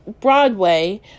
Broadway